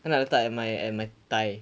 kena letak at my at my thigh